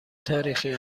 تاریخی